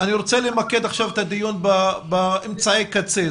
אני רוצה למקד את הדיון באמצעי קצה.